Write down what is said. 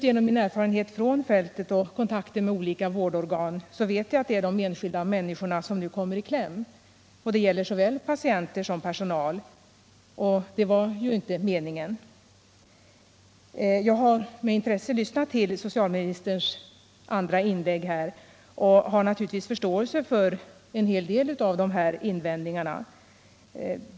Genom min erfarenhet från fältet och mina kontakter med olika vårdorgan vet jag att det är de enskilda människorna som nu kommer i kläm. Det gäller såväl patienter som personal. Och detta var ju inte meningen med lagförslaget. Jag har med intresse lyssnat till socialministerns andra inlägg, och jag har naturligtvis förståelse för en del av de framförda invändningarna.